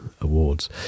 awards